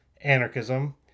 Anarchism